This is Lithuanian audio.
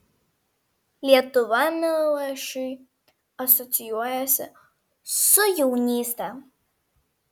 lietuva milašiui asocijuojasi su jaunyste